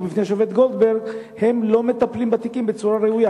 בפני השופט גולדברג לא מטפלים בתיקים בצורה ראויה.